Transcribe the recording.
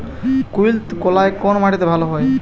কুলত্থ কলাই কোন মাটিতে ভালো হয়?